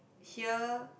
here